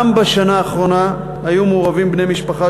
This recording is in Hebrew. גם בשנה האחרונה היו מעורבים בני משפחה